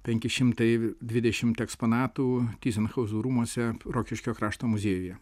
penki šimtai dvidešimt eksponatų tyzenhauzų rūmuose rokiškio krašto muziejuje